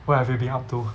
what have you been up to